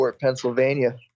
Pennsylvania